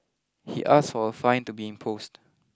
he asked for a fine to be imposed